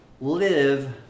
live